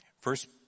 First